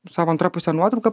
savo antra puse nuotrauką